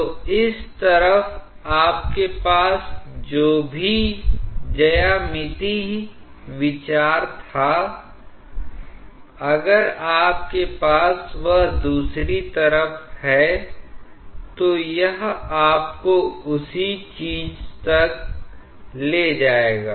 तो इस तरफ आपके पास जो भी ज्यामितीय विचार था अगर आपके पास वह दूसरी तरफ है तो यह आपको उसी चीज तक ले जाएगा